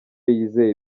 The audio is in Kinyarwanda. yizeye